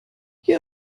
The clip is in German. hier